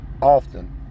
often